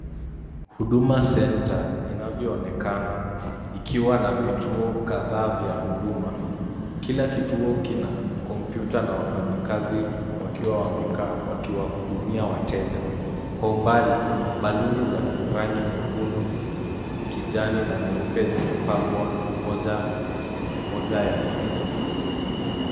Huduma Center, inavyoonekana, ikiwa na vituo kadhaa vya huduma, kila kituo kina kompyuta na wafanyakazi wakiwa wamekaa wakiwahudumia wateja. Kwa umbali, baluni za rangi nyekundu kijani na nyeupe zimepambwa, moja moja ya vituo.